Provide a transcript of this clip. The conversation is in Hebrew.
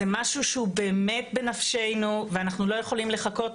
זה משהו שהוא באמת בנפשנו ואנחנו לא יכולים לחכות.